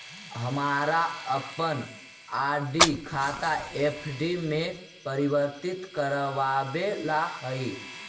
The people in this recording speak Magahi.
हमारा अपन आर.डी खाता एफ.डी में परिवर्तित करवावे ला हई